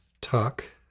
talk